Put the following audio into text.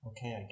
Okay